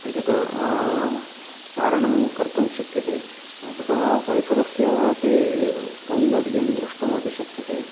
एतत् चारणं कर्तुं शक्यते ततः परिसरस्यापि सौन्दर्यं द्रष्टुमपि शक्यते